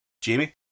Jamie